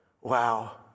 Wow